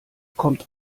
kommt